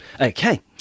Okay